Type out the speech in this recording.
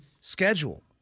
schedule